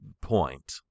point